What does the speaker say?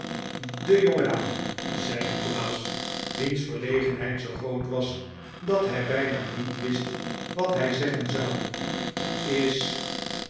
de jongedame zei nikolaas wiens verlegenheid zoo groot was dat hij bijna niet wist wat hij zeggen zou is